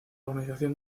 organización